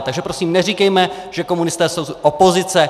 Takže prosím neříkejme, že komunisté jsou opozice.